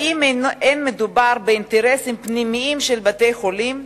האם אין מדובר באינטרסים פנימיים של בתי-חולים?